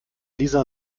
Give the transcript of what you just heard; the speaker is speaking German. lisa